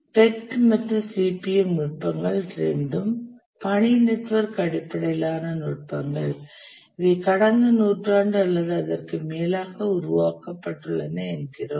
PERT மற்றும் CPM நுட்பங்கள் இரண்டும் பணி நெட்வொர்க் அடிப்படையிலான நுட்பங்கள் இவை கடந்த நூற்றாண்டு அல்லது அதற்கு மேலாக உருவாக்கப்பட்டுள்ளன என்கிறோம்